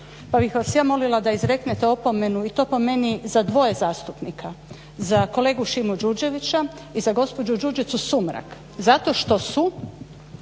pa bih vas ja molila da izreknete opomenu i to po meni za dvoje zastupnika. Za kolegu Šimu Đurđeviča i za gospođu Đurđicu Sumrak zato što su